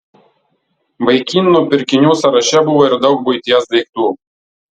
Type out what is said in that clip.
vaikinų pirkinių sąraše buvo ir daug buities daiktų